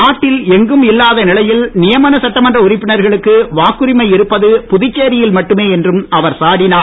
நாட்டில் எங்கும் இல்லாத நிலையில் நியமன சட்டமன்ற உறுப்பினர்களுக்கு வாக்குரிமை இருப்பது புதுச்சேரியில் மட்டுமே என்றும் அவர் சாடினார்